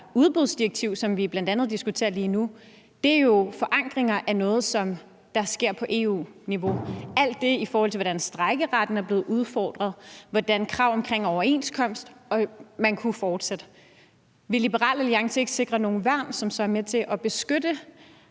udbudsdirektiv, som vi bl.a. diskuterer lige nu, er jo forankringer af noget, som sker på EU-niveau. Det gælder også alt det med, hvordan strejkeretten er blevet udfordret og også i forhold til krav om overenskomst, og man kunne fortsætte. Vil Liberal Alliance ikke sikre nogle værn, som så er med til at beskytte